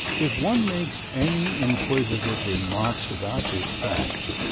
if one makes any inquisitive remarks about this fact,